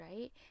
right